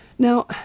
Now